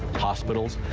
hospitals,